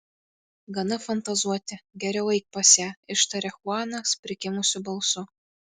gana fantazuoti geriau eik pas ją ištaria chuanas prikimusiu balsu